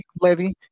Levy